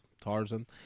Tarzan